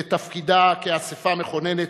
בתפקידה כאספה מכוננת,